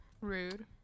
Rude